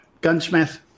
gunsmith